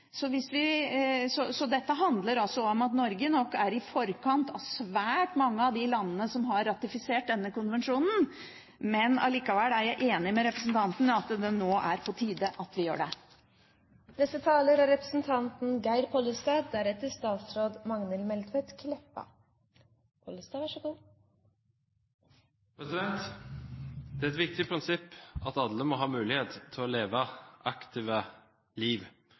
Dette handler altså om at Norge nok er i forkant av svært mange av de landene som har ratifisert denne konvensjonen, men likevel er jeg enig med representanten i at det nå er på tide at vi gjør det. Det er et viktig prinsipp at alle må ha mulighet til å leve aktive liv. For å få til det er det flere forhold som må